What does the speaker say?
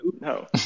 No